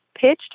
pitched